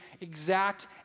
exact